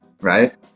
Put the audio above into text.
Right